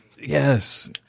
Yes